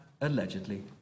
allegedly